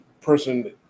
person